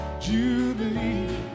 Jubilee